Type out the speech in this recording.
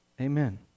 Amen